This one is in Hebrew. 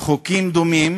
בהן חוקים דומים